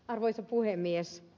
arvoisa puhemies